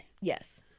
Yes